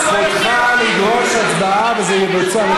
זכותך לדרוש הצבעה, וזה יבוצע.